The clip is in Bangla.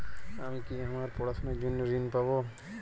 আমি কি আমার পড়াশোনার জন্য ঋণ পাব?